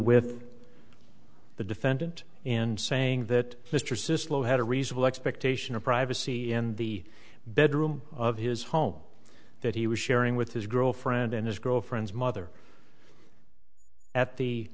with the defendant in saying that mr sis low had a reasonable expectation of privacy in the bedroom of his home that he was sharing with his girlfriend and his girlfriend's mother at the